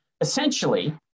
Essentially